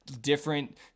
different